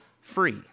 free